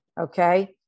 okay